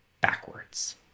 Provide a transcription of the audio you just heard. backwards